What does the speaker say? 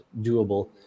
doable